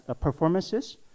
performances